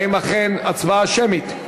האם אכן הצבעה שמית?